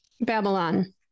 babylon